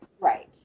Right